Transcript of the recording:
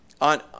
on